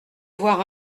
voir